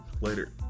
Later